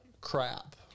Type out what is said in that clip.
crap